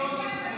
רק דיברתי על,